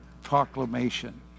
proclamation